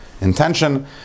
intention